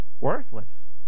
worthless